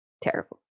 Terrible